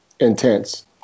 intense